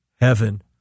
heaven